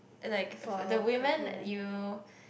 like for the women you